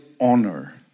Honor